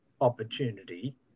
opportunity